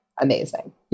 Amazing